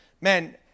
Man